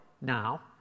now